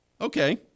Okay